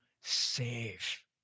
safe